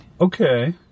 Okay